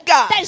God